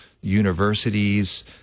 universities